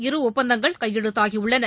இரு ஒப்பந்தங்கள் கையெழுத்தாகியுள்ளன